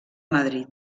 madrid